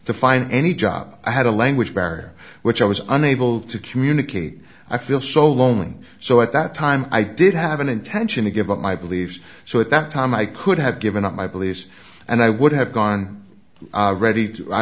to find any job i had a language barrier which i was unable to communicate i feel so lonely so at that time i did have an intention to give up my beliefs so at that time i could have given up my beliefs and i would have gone ready to i